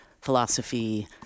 philosophy